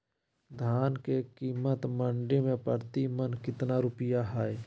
धान के कीमत मंडी में प्रति मन कितना रुपया हाय?